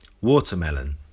Watermelon